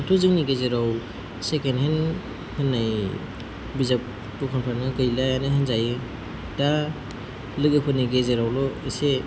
दाथ' जोंनि गेजेराव सेकेन्ड हेन्ड होननाय बिजाब दखानफ्रानो गैलायानो होनजायो दा लोगोफोरनि गेजेरावल' एसे